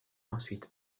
ensuite